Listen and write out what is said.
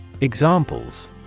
examples